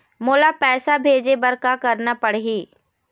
मोला पैसा भेजे बर का करना पड़ही?